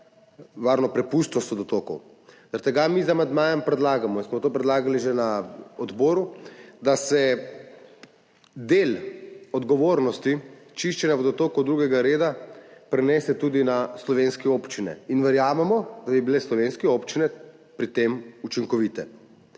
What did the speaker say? varno prepustnost vodotokov. Zaradi tega mi z amandmajem predlagamo in smo to predlagali že na odboru, da se del odgovornosti čiščenja vodotokov drugega reda prenese tudi na slovenske občine. In verjamemo, da bi bile slovenske občine pri tem učinkovite.